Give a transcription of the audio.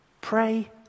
Pray